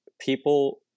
people